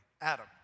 Adam